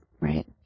right